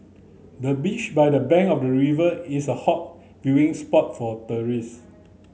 the bench by the bank of the river is a hot viewing spot for tourist